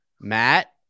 Matt